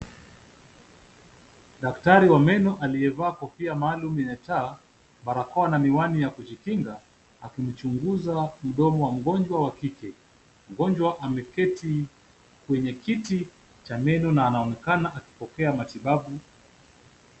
Daktari wa meno aliyevaa kofia maalum yenye taa, barakoa na miwani ya kujikinga akichunguza mdomo wa mgonjwa wa kike. Mgonjwa ameketi kwenye kiti cha meno na anaonekana akipokea matibabu.